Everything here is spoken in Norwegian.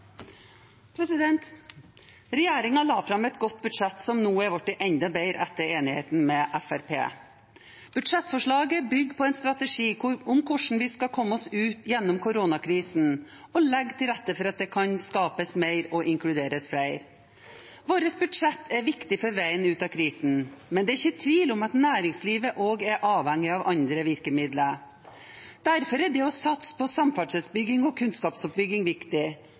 nå er blitt enda bedre etter enigheten med Fremskrittspartiet. Budsjettforslaget bygger på en strategi for hvordan vi skal komme oss gjennom koronakrisen og legge til rette for å kunne skape mer og inkludere flere. Vårt budsjett er viktig for veien ut av krisen, men det er ikke tvil om at næringslivet også er avhengig av andre virkemidler. Derfor er det å satse på samferdselsbygging og kunnskapsoppbygging viktig.